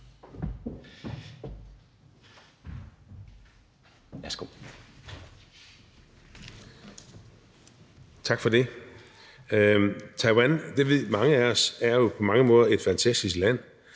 Tak for det. Taiwan – det ved mange af os – er jo på mange måder et fantastisk land